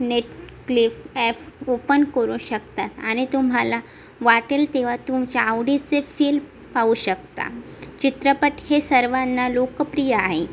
Netflix app open करू शकता आणि तुम्हाला वाटेल तेव्हा तुमच्या आवडीचे फिल्म पाहू शकता चित्रपट हे सर्वांना लोकप्रिय आहे